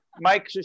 Mike